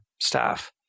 Staff